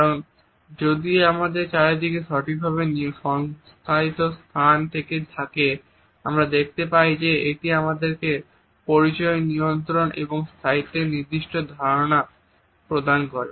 এবং যদি আমাদের চারদিকে সঠিকভাবে সংজ্ঞায়িত স্থান থাকে আমরা দেখতে পাই যে এটি আমাদেরকে পরিচয় নিয়ন্ত্রণ এবং স্থায়িত্বের নির্দিষ্ট ধারণা প্রদান করে